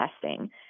testing